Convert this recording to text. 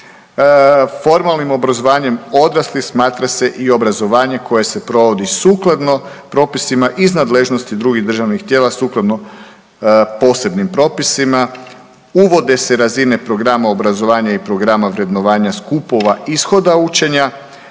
Formalnim obrazovanjem odraslih smatra se i obrazovanje koje se provodi sukladno propisima iz nadležnosti drugih državnih tijela sukladno posebnim propisima, uvode se razine programa obrazovanja i programa vrednovanja skupova ishoda učenja